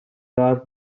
are